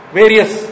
various